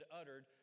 uttered